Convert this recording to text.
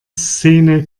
szene